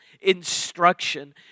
instruction